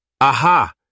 Aha